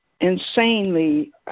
insanely